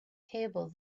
table